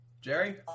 Jerry